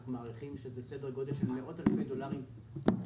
אנחנו מעריכים שזה סדר גודל של מאות אלפי דולרים לפיתוח